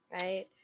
right